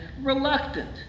reluctant